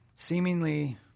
seemingly